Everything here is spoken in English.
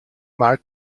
mark